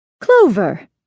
Clover